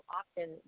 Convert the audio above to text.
often